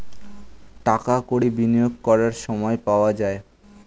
টাকা কড়ি বিনিয়োগ করার সময় পাওয়া যায়